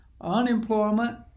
unemployment